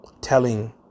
telling